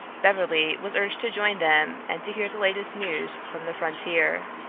beverly was urged to join them and to hear the latest news from the frontier.